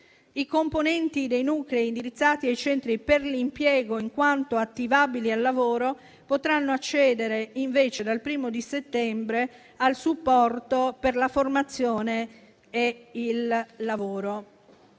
I componenti dei nuclei indirizzati ai centri per l'impiego, in quanto attivabili al lavoro, potranno accedere, invece, dal 1° di settembre al supporto per la formazione e il lavoro.